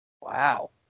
Wow